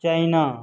China